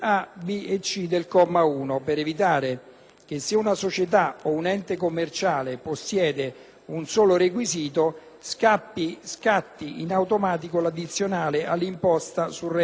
cui una società o un ente commerciale possieda un solo requisito, scatti in automatico l'addizionale all'imposta sul reddito della società.